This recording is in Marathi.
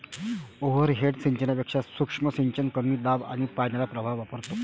ओव्हरहेड सिंचनापेक्षा सूक्ष्म सिंचन कमी दाब आणि पाण्याचा प्रवाह वापरतो